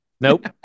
Nope